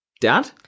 dad